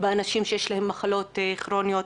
באנשים בעלי מחלות כרוניות.